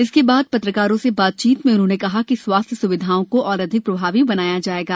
इसके बाद पत्रकारों से बातचीत में उन्होंने कहा कि स्वास्थ्य सेवाओं को और अधिक प्रभावी बनाया जाएगा